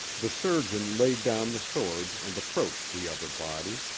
the surgeon laid down the sword and approached the other body.